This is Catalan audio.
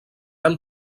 han